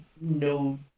no